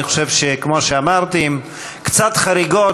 אני חושב, כמו שאמרתי, שעם קצת חריגות,